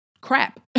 crap